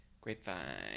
Grapevine